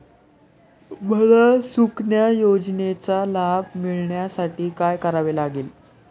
मला सुकन्या योजनेचा लाभ मिळवण्यासाठी काय करावे लागेल?